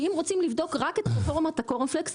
שאם רוצים לבדוק רק את רפורמת הקורנפלקס,